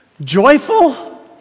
joyful